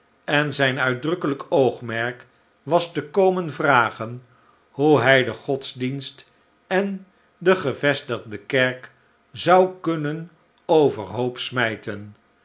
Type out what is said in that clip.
en zijn uitdrukkelijk oogmerk was te komen vragen hoe hij de godsdienst en de gevestigde kerk zou kunnen overhoop smijten